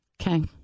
Okay